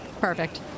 Perfect